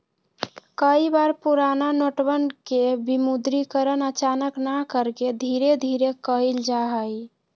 कई बार पुराना नोटवन के विमुद्रीकरण अचानक न करके धीरे धीरे कइल जाहई